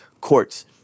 courts